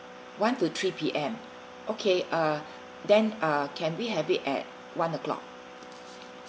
one to three P_M okay uh then uh can we have it at one o'clock